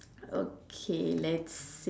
okay let's